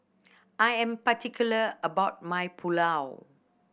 I am particular about my Pulao